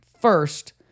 first